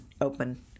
open